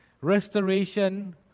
restoration